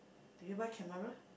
do you buy camera